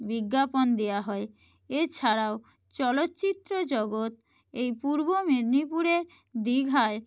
বিজ্ঞাপন দেওয়া হয় এছাড়াও চলচ্চিত্র জগৎ এই পূর্ব মেদিনীপুরের দীঘায়